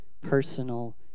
personal